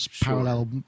parallel